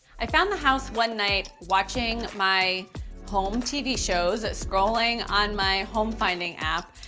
i found the house one night watching my home tv shows, scrolling on my home finding app,